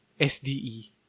SDE